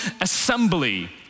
assembly